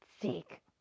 sick